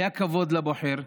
היה כבוד לבוחר.